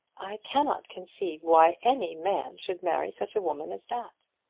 i cannot conceive why any man should marry such a woman as that.